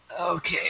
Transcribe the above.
Okay